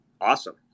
Awesome